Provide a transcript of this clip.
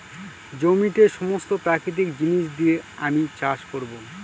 জমিতে সমস্ত প্রাকৃতিক জিনিস দিয়ে আমি চাষ করবো